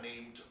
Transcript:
named